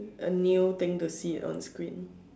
A new thing to see it on screen